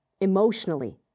emotionally